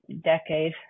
decade